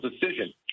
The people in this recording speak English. decision